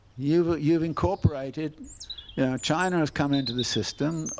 you've you've incorporated yeah china has come into the system.